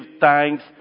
thanks